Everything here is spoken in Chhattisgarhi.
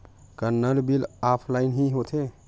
का नल बिल ऑफलाइन हि होथे?